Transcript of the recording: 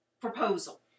proposal